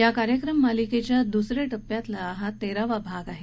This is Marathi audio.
या कार्यक्रम मालिकेच्या दुसऱ्या टप्प्यातला हा तेरावा भाग आहे